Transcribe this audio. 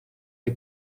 que